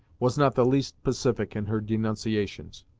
was not the least pacific in her denunciations.